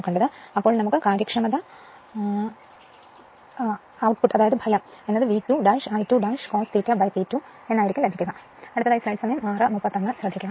അതിനാൽ എപ്പോൾ കാര്യക്ഷമത കണ്ടെത്തും ഫലം V2 I2 cos ∅ ∅2 ആണ്